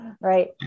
Right